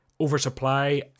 Oversupply